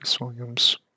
Williams